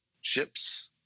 ships